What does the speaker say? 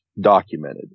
documented